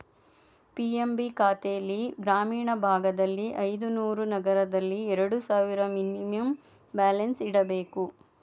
PMB ಖಾತೆಲ್ಲಿ ಗ್ರಾಮೀಣ ಭಾಗದಲ್ಲಿ ಐದುನೂರು, ನಗರದಲ್ಲಿ ಎರಡು ಸಾವಿರ ಮಿನಿಮಮ್ ಬ್ಯಾಲೆನ್ಸ್ ಇಡಬೇಕು